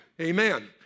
Amen